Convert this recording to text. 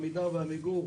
עמידר ועמיגור.